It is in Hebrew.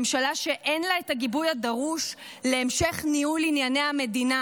ממשלה שאין לה הגיבוי הדרוש להמשך ניהול ענייני המדינה.